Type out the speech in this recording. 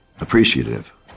Appreciative